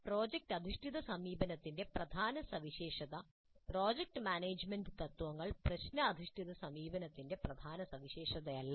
project അധിഷ്ഠിത സമീപനത്തിന്റെ പ്രധാന സവിശേഷത പ്രോജക്ട് മാനേജുമെന്റ് തത്ത്വങ്ങൾ പ്രശ്നഅധിഷ്ഠിത സമീപനത്തിന്റെ പ്രധാന സവിശേഷതയല്ല